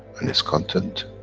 and its content,